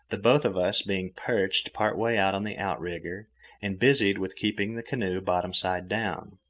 the both of us being perched part way out on the outrigger and busied with keeping the canoe bottom-side down.